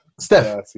Steph